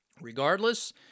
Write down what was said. Regardless